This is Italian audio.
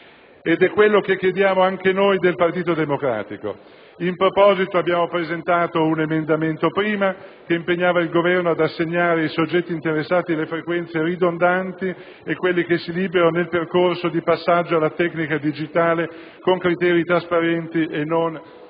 È quello che chiediamo anche noi del Partito Democratico. In proposito, abbiamo presentato in primo luogo un emendamento che impegnava il Governo ad assegnare ai soggetti interessati le frequenze ridondanti e quelle che si liberano nel percorso di passaggio alla tecnica digitale, con criteri trasparenti e non discriminatori.